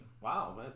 Wow